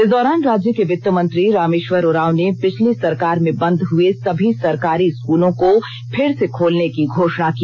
इस दौरान राज्य के वित्तमंत्री रामेष्वर उरांव ने पिछली सरकार में बंद हुए सभी सरकारी स्कूलों को फिर से खोलने की घोषणा की